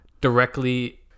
Directly